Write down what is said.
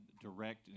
direct